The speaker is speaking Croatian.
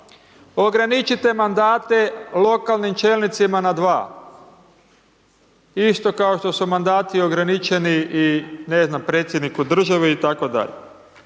ograničite mandate lokalnim čelnicima na 2, isto kao što su mandati ograničeni i ne znam, predsjedniku države itd.,